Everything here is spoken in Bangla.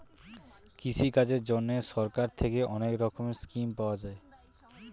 কৃষিকাজের জন্যে সরকার থেকে অনেক রকমের স্কিম পাওয়া যায়